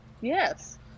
yes